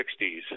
60s